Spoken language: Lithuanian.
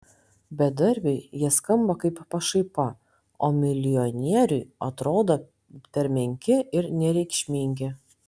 bedarbiui jie skamba kaip pašaipa o milijonieriui atrodo per menki ir nereikšmingi